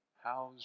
How's